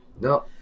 No